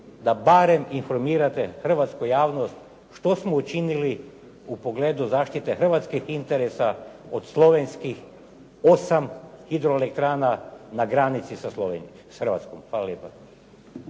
da barem informirate hrvatsku javnost što smo učinili u pogledu zaštite hrvatskih interesa od slovenskih 8 hidroelektrana na granici sa Hrvatskom. Hvala lijepo.